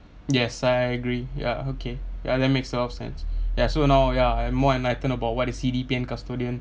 yes I agree ya okay ya that make sort of sense ya so now ya I'm more enlightened about what is C_D_P and custodian